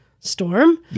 Storm